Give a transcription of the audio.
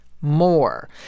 more